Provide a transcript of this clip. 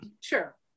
Sure